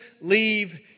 leave